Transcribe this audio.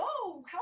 whoa